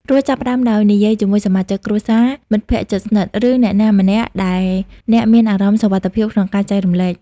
រួចចាប់ផ្តើមដោយនិយាយជាមួយសមាជិកគ្រួសារ មិត្តភក្តិជិតស្និទ្ធ ឬអ្នកណាម្នាក់ដែលអ្នកមានអារម្មណ៍សុវត្ថិភាពក្នុងការចែករំលែក។